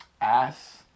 Ass